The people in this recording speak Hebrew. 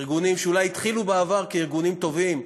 ארגונים שאולי התחילו בעבר כארגונים טובים,